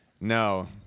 no